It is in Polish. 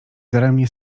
daremnie